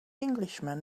englishman